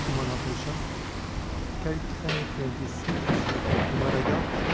qui m'en empêcha quelle crainte indécise me comprima la gorge